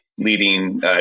leading